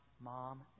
mom